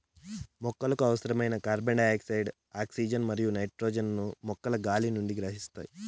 మొక్కలకు అవసరమైన carbon dioxide, oxygen మరియు నైట్రోజన్ ను మొక్కలు గాలి నుండి గ్రహిస్తాయి